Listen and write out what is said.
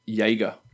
Yeager